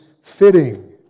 fitting